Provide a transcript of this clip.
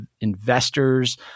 investors